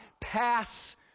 pass